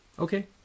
Okay